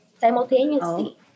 simultaneously